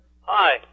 Hi